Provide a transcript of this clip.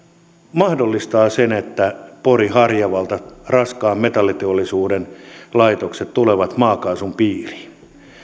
mahdollistaa sen että porin harjavallan raskaan metalliteollisuuden laitokset tulevat maakaasun piiriin